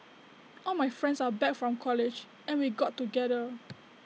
all my friends are back from college and we got together